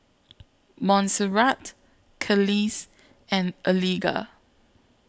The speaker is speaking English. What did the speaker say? Monserrat Kelis and Eliga